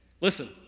Listen